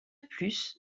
plus